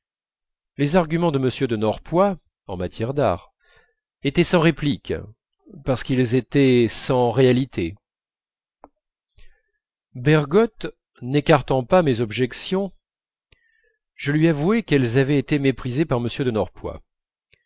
les arguments de m de norpois en matière d'art étaient sans réplique parce qu'ils étaient sans réalité bergotte n'écartant pas mes objections je lui avouai qu'elles avaient été méprisées par m de